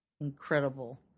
incredible